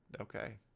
Okay